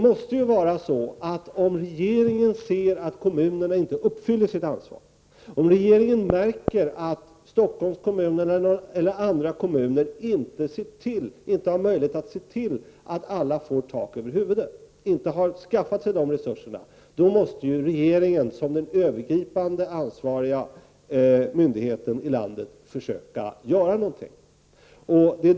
Men om regeringen ser att kommunerna inte uppfyller kraven, om regeringen märker att Stockholms kommun eller andra kommuner inte har resurser att se till att alla får tak över huvudet, måste regeringen som har det övergripande ansvaret i landet försöka göra någonting.